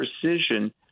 precision